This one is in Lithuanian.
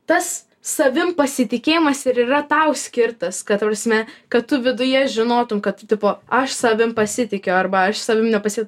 tas savim pasitikėjimas ir yra tau skirtas kad ta prasme kad tu viduje žinotum kad tu tipo aš savim pasitikiu arba aš savimi nepasi